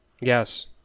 Yes